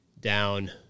down